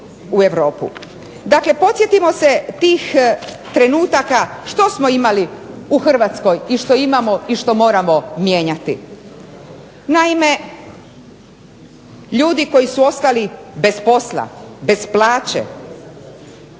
u Europu. Dakle, prisjetimo se tih trenutaka što smo imali u Hrvatskoj, što imamo i što moramo mijenjati. Naime, ljudi koji su ostali bez posla, bez plaće,